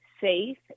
safe